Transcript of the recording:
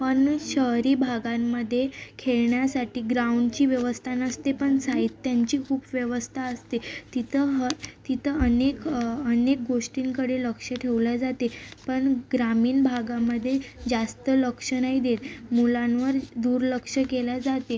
पण शहरी भागांमध्ये खेळण्यासाठी ग्राउंडची व्यवस्था नसते पण साहित्यांची खूप व्यवस्था असते तिथं अ तिथं अनेक अनेक गोष्टींकडे लक्ष ठेवलं जाते पण ग्रामीण भागामध्ये जास्त लक्ष नाही देत मुलांवर दुर्लक्ष केलं जाते